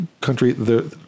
country—